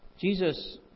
Jesus